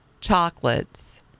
chocolates